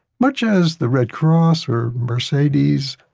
much as the red cross or mercedes,